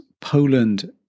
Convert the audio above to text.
Poland